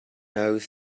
nose